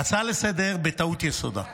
ההצעה לסדר-היום, בטעות יסודה.